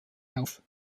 auf